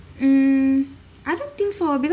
mm I don't think so because